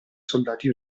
soldati